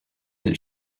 that